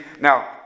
Now